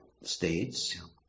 states